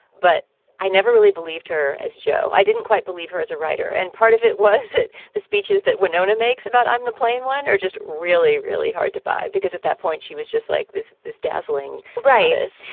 but i never really believed her as joe. i didn't quite believe her as a writer. and part of it was that the speeches that wenonah makes about i'm the plain one are just really, really hard to buy because at that point she was just like, this is dazzling rightous.